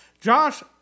Josh